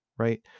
right